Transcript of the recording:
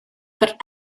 but